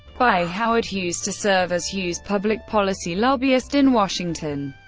by howard hughes to serve as hughes' public-policy lobbyist in washington.